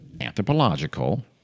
anthropological